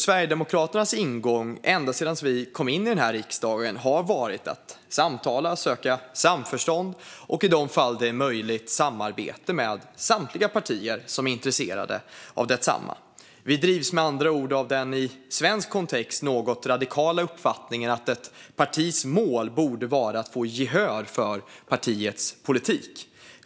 Sverigedemokraternas ingång, ända sedan vi kom in i riksdagen, har varit att samtala och söka samförstånd och, i de fall det är möjligt, samarbete med samtliga partier som är intresserade av detsamma. Vi drivs med andra ord av den i svensk kontext något radikala uppfattningen att ett partis mål borde vara att få gehör för partiets politik.